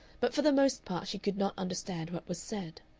but for the most part she could not understand what was said.